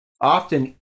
often